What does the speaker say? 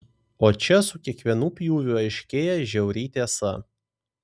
o čia su kiekvienu pjūviu aiškėja žiauri tiesa